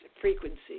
frequency